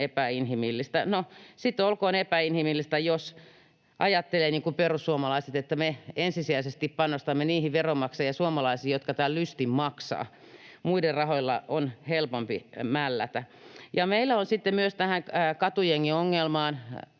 epäinhimillistä”. No, sitten olkoon epäinhimillistä, jos ajattelee niin kuin perussuomalaiset, että me ensisijaisesti panostamme niihin veronmaksajiin ja suomalaisiin, jotka tämän lystin maksavat. Muiden rahoilla on helpompi mällätä. Meillä perussuomalaisilla